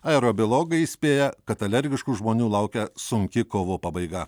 aerobiologai įspėja kad alergiškų žmonių laukia sunki kovo pabaiga